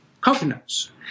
coconuts